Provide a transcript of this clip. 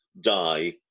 die